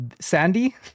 Sandy